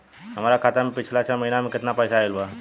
हमरा खाता मे पिछला छह महीना मे केतना पैसा आईल बा?